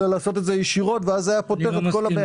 אלא לעשות את זה ישירות וזה היה פותר את כל הבעיה.